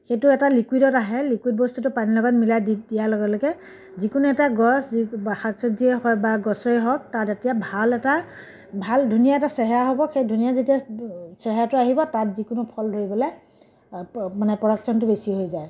সেইটো এটা লিকুইডত আহে লিকুইড বস্তুটো পানীৰ লগত মিলাই দিয়াৰ লগে লগে যিকোনো এটা গছ যিক শাক চব্জিয়ে হওক বা গছেই হওক তাত এতিয়া ভাল এটা ভাল ধুনীয়া এটা চেহেৰা হ'ব সেই ধুনীয়া যেতিয়া চেহেৰাটো আহিব তাত যিকোনো ফল ধৰিবলৈ মানে প্ৰডাকচন বেছি হৈ যায়